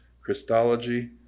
Christology